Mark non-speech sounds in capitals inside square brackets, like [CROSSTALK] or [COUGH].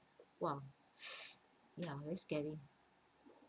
!wah! [BREATH] ya very scary